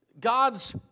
God's